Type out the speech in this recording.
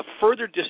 further